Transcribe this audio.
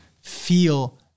feel